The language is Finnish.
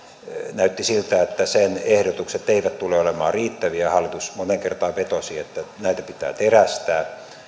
näytti siltä että sen ehdotukset eivät tule olemaan riittäviä ja hallitus moneen kertaan vetosi että näitä pitää terästää